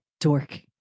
dork